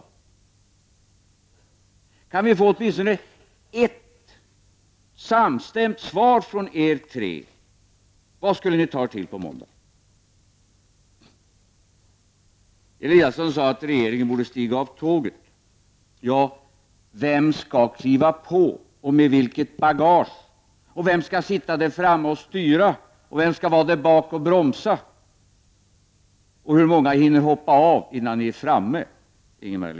Jag undrar om det går att få åtminstone ert samstämt svar från er tre. Vad skulle ni ta er till på måndag? Ingemar Eliasson sade att regeringen borde stiga av tåget. Vem skall då kliva på och med vilket bagage? Vem skall sitta där framme och styra? Vem skall vara där bak och bromsa? Hur många hinner hoppa av innan ni är framme?